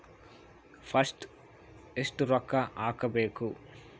First ಎಷ್ಟು ರೊಕ್ಕ ಹಾಕಬೇಕು?